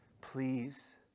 Please